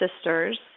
sisters